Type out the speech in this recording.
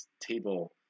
table